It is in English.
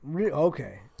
Okay